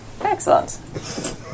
Excellent